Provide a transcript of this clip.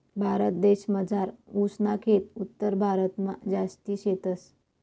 भारतदेसमझार ऊस ना खेत उत्तरभारतमा जास्ती शेतस